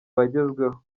bagezweho